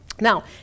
Now